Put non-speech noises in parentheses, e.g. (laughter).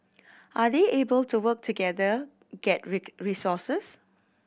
are they able to work together get (unintelligible) resources